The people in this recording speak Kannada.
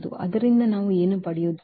ಆದ್ದರಿಂದ ನಾವು ಏನು ಪಡೆಯುತ್ತೇವೆ